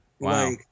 Wow